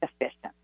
efficient